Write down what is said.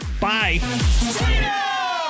Bye